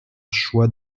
choix